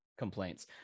complaints